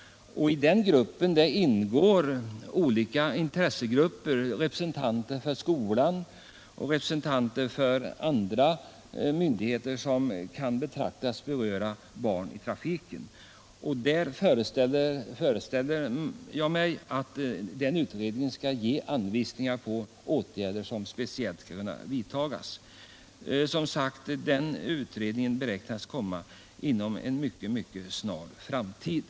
I arbetsgruppen ingår representanter för olika intressen, för sko 65 lan och för andra myndigheter som kan anses ha att göra med barn i trafik. Jag föreställer mig att det arbetet skall ge anvisningar om åtgärder som kan vidtas. Utredningen beräknas, som sagt, vara klar inom en mycket snar framtid.